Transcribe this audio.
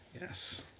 Yes